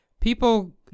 People